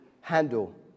handle